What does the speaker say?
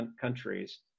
countries